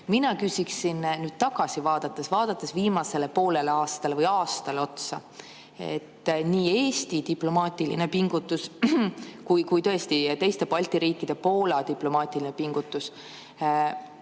Mina küsiksin nüüd tagasi vaadates, vaadates viimasele poolele aastale või aastale, nii Eesti diplomaatilisele pingutusele kui ka teiste Balti riikide ja Poola diplomaatilisele pingutusele.